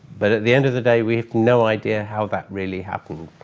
but at the end of the day we have no idea how that really happened,